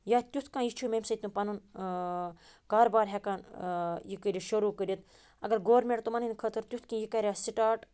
یا تیوٗت کانٛہہ یہِ چھُ ییٚمہِ سۭتۍ یِم پَنُن کارٕبار ہٮ۪کہٕ ہَن یہِ کٔرِتھ شُروٗع کٔرِتھ اگر گورمنٹ تِمَن ہٕنٛدِ خٲطرٕ تیوٗت کیٚنہہ یہِ کَرِہا سِٹاٹ